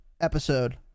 episode